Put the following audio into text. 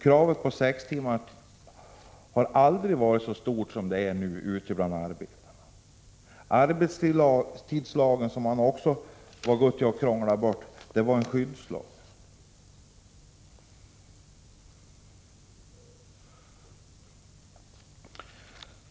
Kravet på sex timmars arbetsdag har aldrig varit så stort som det är nu ute bland arbetarna. Arbetstidslagen, som man också krånglat bort, var en skyddslag.